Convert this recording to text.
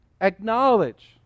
acknowledge